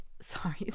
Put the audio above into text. Sorry